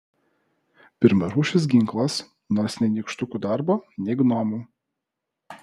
pirmarūšis ginklas nors nei nykštukų darbo nei gnomų